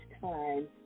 time